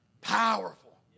Powerful